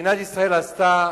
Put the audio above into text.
מדינת ישראל עשתה